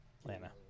Atlanta